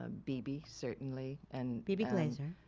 ah bebe, certainly and bebe glaser,